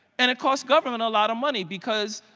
and it cost government a lot of money because,